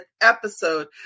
episode